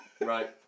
Right